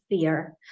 fear